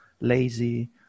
lazy